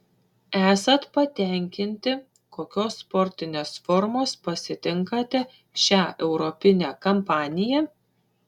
esat patenkinti kokios sportinės formos pasitinkate šią europinę kampaniją